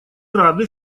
рады